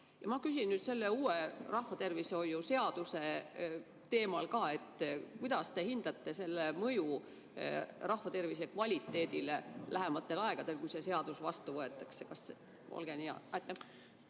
Ma küsin nüüd selle uue rahvatervishoiu seaduse teemal ka. Kuidas te hindate mõju rahvatervise kvaliteedile lähematel aegadel, kui see seadus vastu võetakse? Olge nii hea!